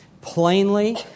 plainly